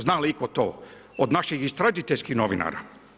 Zna li itko to od naših istražiteljskih novinara?